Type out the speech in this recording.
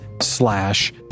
slash